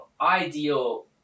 ideal